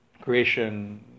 creation